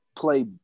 play